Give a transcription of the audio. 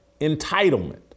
Entitlement